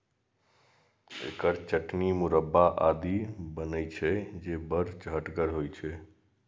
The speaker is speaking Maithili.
एकर चटनी, मुरब्बा आदि बनै छै, जे बड़ चहटगर होइ छै